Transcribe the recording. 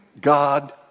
God